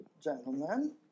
gentlemen